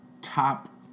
top